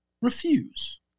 refuse